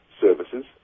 services